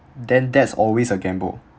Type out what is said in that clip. then that's always a gamble